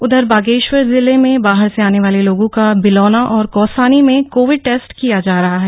उधर बागेश्वर जिले में बाहर से आने वाले लोगों का बिलौना और कौसानी में कोविड टेस्ट किया जा रहा है